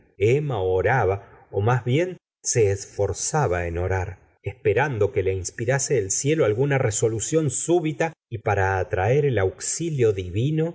emma oraba ó más bien se esforzaba en orar esperando que le inspirase el cielo alguna resolución súbita y para atraer el auxilio divino